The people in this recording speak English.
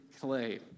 clay